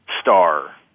star